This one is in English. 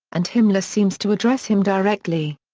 and himmler seems to address him directly.